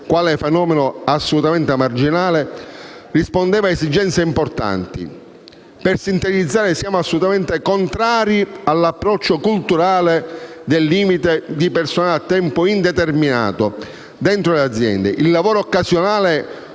quale fenomeno assolutamente marginale, rispondeva a esigenze importanti. Per sintetizzare, siamo assolutamente contrari all'approccio culturale del limite di personale a tempo indeterminato dentro le aziende. Il lavoro occasionale